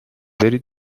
بری